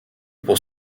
pour